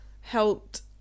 helped